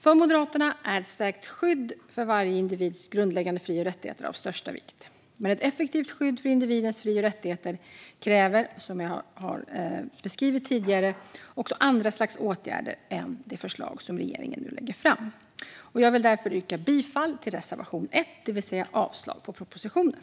För Moderaterna är ett starkt skydd för varje individs grundläggande fri och rättigheter av största vikt. Men ett effektivt skydd för individens fri och rättigheter kräver, som jag tidigare beskrivit, också andra slags åtgärder än det förslag som regeringen nu lägger fram. Jag vill därför yrka bifall till reservation 1, det vill säga avslag på propositionen.